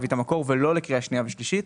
לא לפני קריאה שנייה ושלישית,